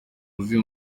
wuzuye